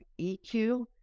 EQ